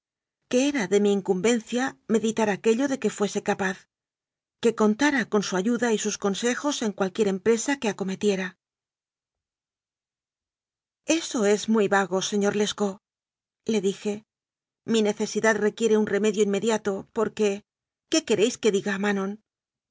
que era de mi incumbencia me ditar aquello de que fuese capaz que contara con su ayuda y sus consejos en cualquier empresa que acometiera eso es muy vago señor lescautle dije mi necesidad requiere un remedio inmediato porque qué queréis que diga